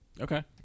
Okay